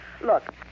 Look